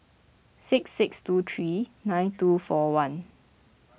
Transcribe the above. six six two three nine two four one